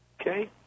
okay